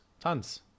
Tons